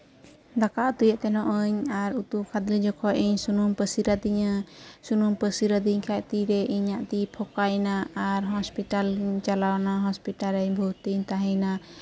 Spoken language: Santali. ᱫᱟᱠᱟ ᱩᱛᱩᱭᱮᱫ ᱛᱟᱦᱮᱱᱚᱜ ᱟᱹᱧ ᱟᱨ ᱩᱛᱩ ᱠᱷᱟᱫᱞᱮ ᱡᱚᱠᱷᱚᱡ ᱤᱧ ᱥᱩᱱᱩᱢ ᱯᱟᱹᱥᱤᱨ ᱟᱹᱫᱤᱧᱟ ᱥᱩᱱᱩᱢ ᱯᱟᱹᱥᱤᱨ ᱟᱹᱫᱤᱧ ᱠᱷᱟᱡ ᱛᱤᱨᱮ ᱤᱧᱟᱹᱜ ᱛᱤ ᱯᱷᱚᱠᱟᱭᱱᱟ ᱟᱨ ᱦᱚᱥᱯᱤᱴᱟᱞ ᱤᱧ ᱪᱟᱞᱟᱣᱱᱟ ᱦᱚᱥᱯᱤᱴᱟᱞ ᱨᱮᱧ ᱵᱷᱚᱨᱛᱤᱧ ᱛᱟᱦᱮᱸᱭᱮᱱᱟ